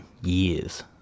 years